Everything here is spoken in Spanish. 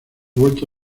vuelto